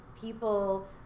people